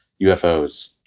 UFOs